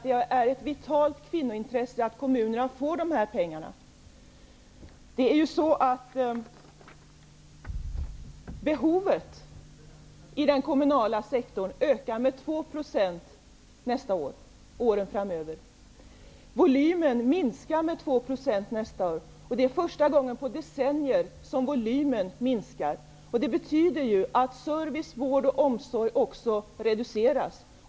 Det är av ett vitalt kvinnointresse att kommunerna får dessa pengar. Behovet i den kommunala sektorn kommer att öka med 2 % fr.o.m. nästa år. Volymen minskar med 2 nästa år. Det är första gången på decennier som volymen minskar. Det betyder att service, vård och omsorg kommer att reduceras.